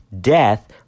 death